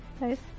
Nice